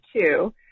two